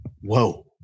whoa